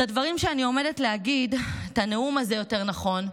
הדברים שאני עומדת להגיד, הנאום הזה, יותר נכון,